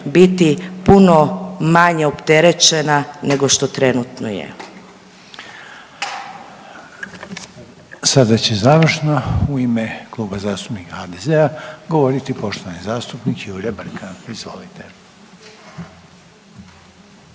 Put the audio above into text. biti puno manje opterećena nego što trenutno je. **Reiner, Željko (HDZ)** Sada će završno u ime Kluba zastupnika HDZ-a govoriti poštovani zastupnik Jure Brkan. Izvolite.